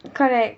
correct